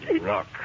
Rock